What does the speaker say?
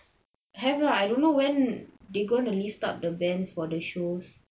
have lah I don't know when they going to lift up the bands for the shows